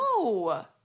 No